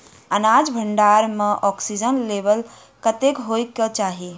अनाज भण्डारण म ऑक्सीजन लेवल कतेक होइ कऽ चाहि?